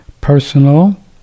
personal